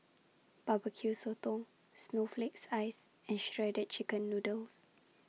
Barbecue Sotong Snowflake Ice and Shredded Chicken Noodles